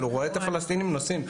הוא רואה את הפלסטינים נוסעים.